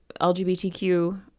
LGBTQ